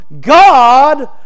God